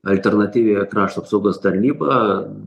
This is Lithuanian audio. alternatyviąją krašto apsaugos tarnybą